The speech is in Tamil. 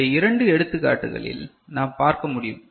இந்த இரண்டு எடுத்துக்காட்டுகளில் நாம் பார்க்க முடியும்